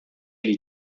ele